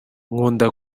nkunda